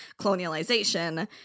colonialization